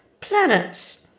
planets